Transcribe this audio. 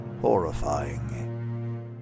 horrifying